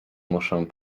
muszę